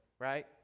right